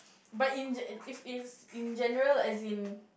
but in gen~ if it's in general as in